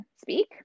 speak